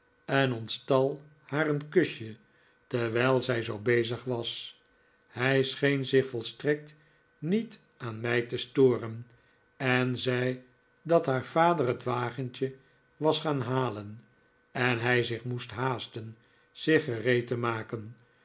en ontstal haar een kusje terwijl zij zoo bezig was hij scheen zich volstrekt niet aan mij te storen en zei dat haar vader het wagentje was gaan halen en hij zich moest haasten zich gereed te maken